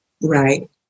Right